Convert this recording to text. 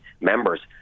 members